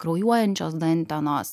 kraujuojančios dantenos